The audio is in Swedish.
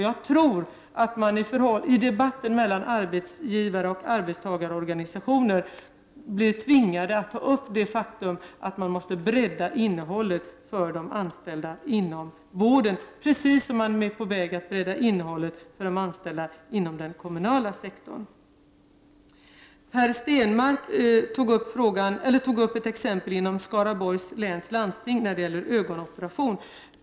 Jag tror att man i debatten mellan arbetsgivare och arbetstagarorganisationer blir tvingad att ta upp det faktum att det är nödvändigt att bredda innehållet i arbetet för de anställda inom vården, precis som man är på väg att bredda innehållet för de anställda inom den kommunala sektorn. Per Stenmarck tog upp ett exempel inom Skaraborgs län som gällde ögonoperationer.